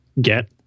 get